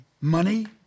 money